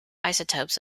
isotopes